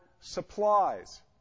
supplies